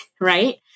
Right